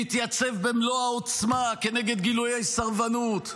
להתייצב במלוא העוצמה כנגד גילויי סרבנות,